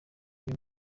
uyu